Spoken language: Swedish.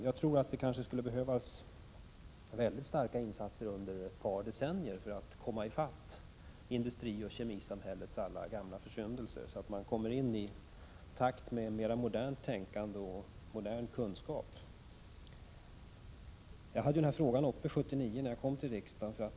Det skulle kanske behövas mycket starka insatser under ett par decennier för att komma i fatt industrioch kemisamhällets gamla försyndelser och komma i takt med mera modernt tänkande och modern kunskap. Jag tog upp ungefär samma fråga 1979 när jag kom in i riksdagen.